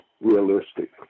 realistic